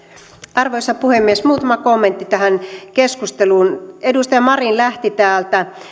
arvoisa puhemies muutama kom mentti tähän keskusteluun edustaja marin lähti täältä